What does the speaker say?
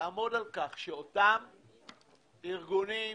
נצטרך